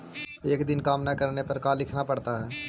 एक दिन काम न करने पर का लिखना पड़ता है?